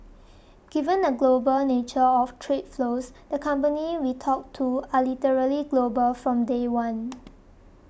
given the global nature of trade flows the companies we talk to are literally global from day one